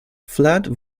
flat